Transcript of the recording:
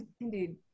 indeed